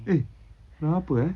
eh kenapa eh